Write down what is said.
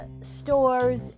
stores